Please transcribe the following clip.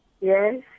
Yes